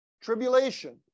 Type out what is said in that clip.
tribulation